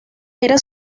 era